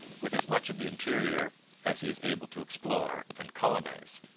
with as much of the interior as he is able to explore and colonize